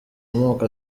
amoko